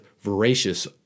voracious